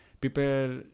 people